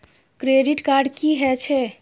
Credit card की हे छे?